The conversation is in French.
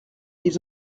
ils